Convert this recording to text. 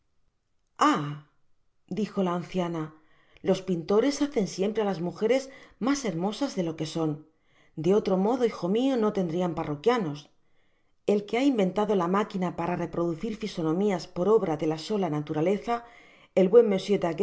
dijo la anciana los pintores hacen siempre á las mugeres mas hermosas de lo que son de otro modo hijo mio no tendrian parroquianos el que ha inventado la máquina para reproducir fisonomias por obra de la sola naturaleza el buen